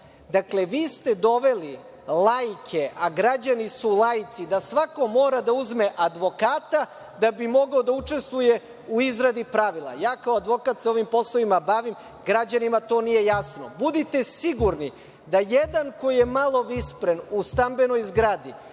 hoće. Dakle, vi ste doveli laike, a građani su laici, da svako mora da uzme advokata da bi mogao da učestvuje u izradi pravila. Ja kao advokat se ovim poslovima bavim, građanima to nije jasno. Budite sigurni da jedan koji je malo vispren u stambenoj zgradi